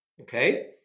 Okay